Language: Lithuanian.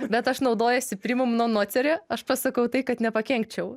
bet aš naudojuosi primum non nocerie aš pasakau tai kad nepakenkčiau